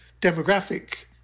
demographic